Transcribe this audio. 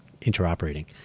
interoperating